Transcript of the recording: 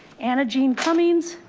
anna gene cummings,